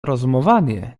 rozumowanie